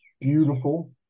beautiful